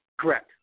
Correct